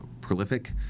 prolific